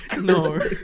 No